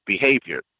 behavior